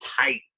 tight